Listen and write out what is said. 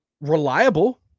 reliable